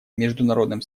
международным